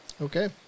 Okay